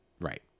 Right